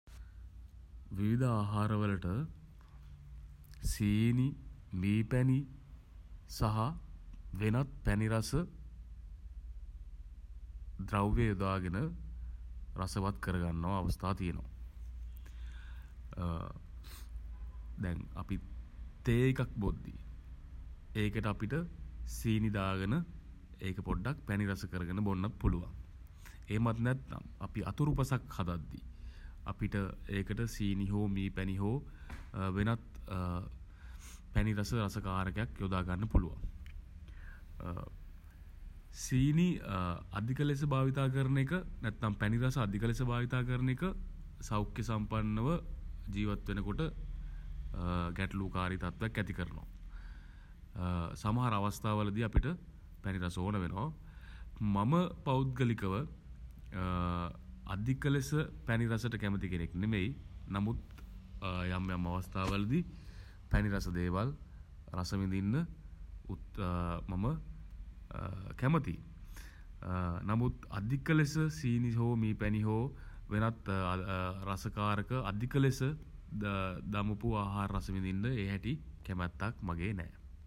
විවිධ ආහාර වලට සීනි මී පැණි සහ වෙනත් පැණි රස ද්‍රව්‍ය යොදාගෙන රසවත් කරගන්නව අවස්ථා තියෙනවා දැන් අපි තේකක් බොද්දි ඒකට අපිට සීනි දාගෙන ඒක පොඩ්ඩක් පැණිරස කරගෙන බොන්නත් පුළුවන්. එහෙමත් නැත්නම් අපි අතුරුපසක් හදද්දී අපිට ඒකට සීනි හෝ මී පැණි හෝ වෙනත් පැණි රස රසකාරකයක් යොදා ගන්න පුළුවන්. සීනි අධික ලෙස භාවිතා කරන එක නැත්නම් පැණිරස අධික ලෙස භාවිතා කරන එක සෞඛ්‍යසම්පන්නව ජීවත් වෙනකොට ගැටලුකාරී තත්වයක් ඇති කරනවා. සමහර අවස්ථාවලදී අපිට පැණි රස ඕන වෙනවා. මම පෞද්ගලිකව අධික ලෙස පැණි රසට කැමති කෙනෙක් නෙමෙයි. නමුත් යම් යම් අවස්ථාවලදී පැණි රස දේවල් රස විඳින්න උත් මම කැමතියි නමුත් අධික ලෙස සීනි හෝ මී පැණි හෝ වෙනත් රසකාරක අධික ලෙස දමපු ආහාර රස විදින්න ඒ හැටි කැමැත්තක් මගේ නෑ.